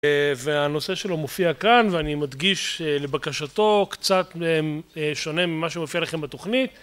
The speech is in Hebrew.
והנושא שלו מופיע כאן ואני מדגיש לבקשתו, קצת שונה ממה שמופיע לכם בתוכנית